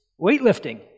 weightlifting